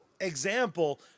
example